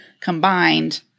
combined